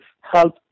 help